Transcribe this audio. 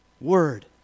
word